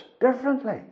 differently